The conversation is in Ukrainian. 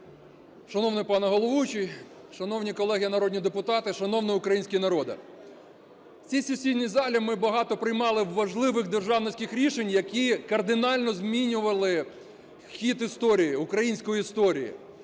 Шановний пане Головуючий! Шановні колеги народні депутати! Шановний український народе! В цій сесійній залі ми багато приймали важливих державницьких рішень, які кардинально змінювали хід історії, української історії.